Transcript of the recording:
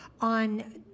On